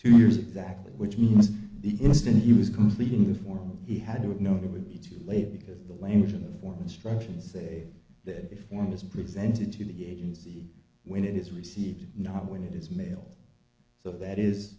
to yours exactly which means the instant he was completing the form he had to have known it would be too late because the language in the form instructions say that if one is presented to the agency when it is received not when it is male so that is